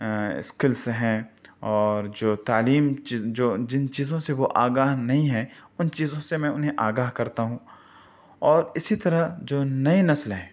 skills ہیں اور جو تعلیم جس جو جن چیزوں سے وہ آگاہ نہیں ہیں اُن چیزوں سے میں اُنہیں آگاہ کرتا ہوں اور اِسی طرح جو نئے نسل ہے